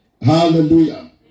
Hallelujah